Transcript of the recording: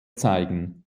zeigen